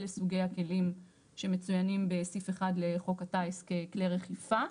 אלה סוגי הכלים שמצוינים בסעיף (1) לחוק הטיס ככלי רחיפה.